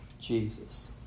Jesus